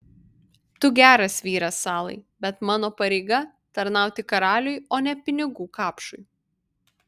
tu geras vyras salai bet mano pareiga tarnauti karaliui o ne pinigų kapšui